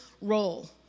role